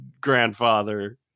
grandfather